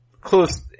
close